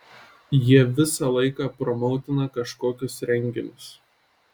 jie visą laiką promautina kažkokius renginius